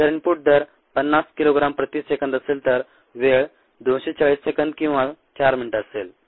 जर इनपुट दर 50 किलोग्राम प्रति सेकंद असेल तर वेळ 240 सेकंद किंवा 4 मिनिटे असेल